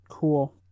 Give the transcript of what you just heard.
Cool